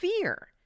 fear